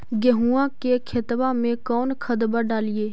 गेहुआ के खेतवा में कौन खदबा डालिए?